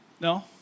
No